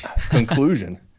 conclusion